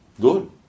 Good